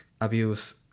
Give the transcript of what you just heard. abuse